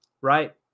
right